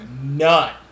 None